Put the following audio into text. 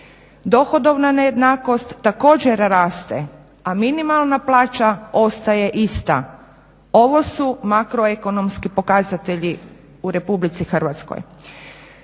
Dohodovna nejednakost također raste, a minimalna plaća ostaje ista. Ovo su makroekonomski pokazatelji u RH. Stopa